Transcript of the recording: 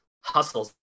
hustles